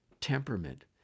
temperament